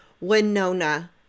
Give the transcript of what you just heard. Winona